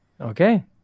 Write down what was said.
Okay